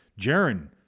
Jaron